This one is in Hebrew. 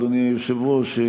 אדוני היושב-ראש,